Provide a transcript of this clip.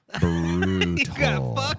brutal